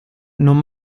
non